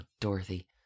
Dorothy